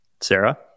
Sarah